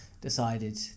decided